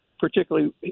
particularly